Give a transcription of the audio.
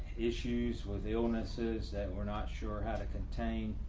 issues with illnesses that we're not sure how to contain.